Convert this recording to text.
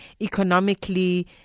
economically